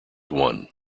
won